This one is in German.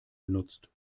genutzt